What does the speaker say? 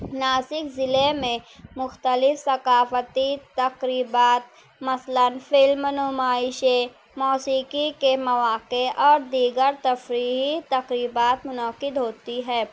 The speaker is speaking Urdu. ناسک ضلعے میں مختلف ثقافتی تقریبات مثلاً فلم نمائشیں موسیقی کے مواقع اور دیگر تفریحی تقریبات منعقد ہوتی ہیں